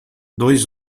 dois